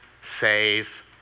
save